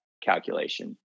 calculation